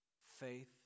faith